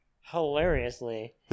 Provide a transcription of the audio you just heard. hilariously